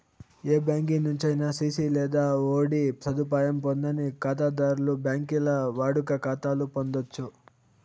ఏ బ్యాంకి నుంచైనా సిసి లేదా ఓడీ సదుపాయం పొందని కాతాధర్లు బాంకీల్ల వాడుక కాతాలు పొందచ్చు